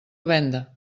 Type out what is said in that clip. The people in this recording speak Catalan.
venda